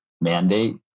mandate